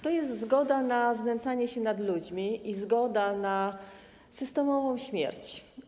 To jest zgoda na znęcanie się nad ludźmi i zgoda na systemową śmierć.